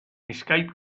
escape